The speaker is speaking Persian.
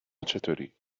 چطوری